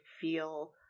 feel